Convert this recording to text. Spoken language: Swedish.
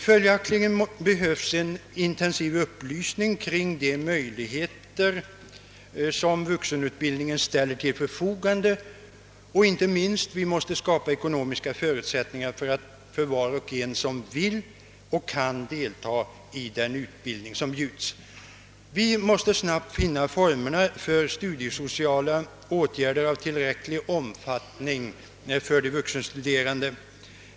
Följaktligen behövs en intensiv upplysning om de möjligheter som vuxenutbildningen har. Vi måste skapa ekonomiska förutsättningar för var och en som vill och kan delta i den utbildning som bjuds och snabbt finna formerna för studiesociala åtgärder i tillräcklig omfattning för de vuxenstuderande.